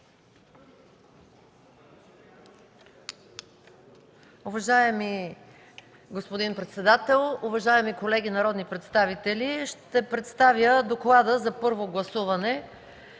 Уважаеми господин председател, уважаеми колеги народни представители! Ще представя: „ДОКЛАД за първо гласуване